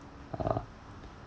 uh